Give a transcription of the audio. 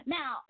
Now